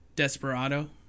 Desperado